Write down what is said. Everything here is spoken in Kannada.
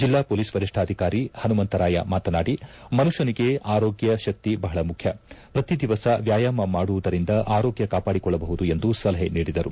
ಜಿಲ್ಲಾ ಮೊಲೀಸ್ ವರಿಷ್ಠಾಧಿಕಾರಿ ಹನುಮಂತರಾಯ ಮಾತನಾಡಿ ಮನುಷ್ಠನಿಗೆ ಆರೋಗ್ಟ ಶಕ್ತಿ ಬಹಳ ಮುಖ್ಯ ಪ್ರತಿ ದಿವಸ ವ್ಯಾಯಾಮ ಮಾಡುವುದರಿಂದ ಆರೋಗ್ಯ ಕಾಪಾಡಿಕೊಳ್ಳಬಹುದು ಎಂದು ಸಲಹೆ ನೀಡಿದರು